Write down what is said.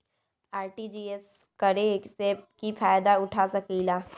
RTGS करे से की फायदा उठा सकीला?